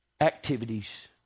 activities